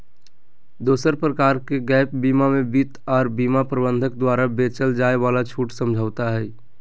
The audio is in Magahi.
दोसर प्रकार के गैप बीमा मे वित्त आर बीमा प्रबंधक द्वारा बेचल जाय वाला छूट समझौता हय